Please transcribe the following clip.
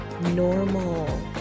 normal